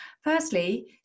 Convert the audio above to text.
Firstly